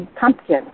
pumpkin